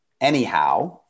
Anyhow